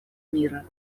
мира